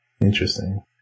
interesting